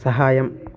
సహాయం